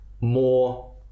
more